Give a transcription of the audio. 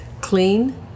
clean